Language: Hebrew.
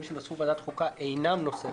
שנעשו בוועדת חוקה אינם נושא חדש.